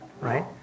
right